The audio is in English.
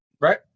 Right